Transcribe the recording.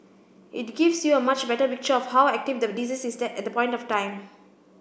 it gives you a much better picture of how active the disease is at that point of time